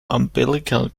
umbilical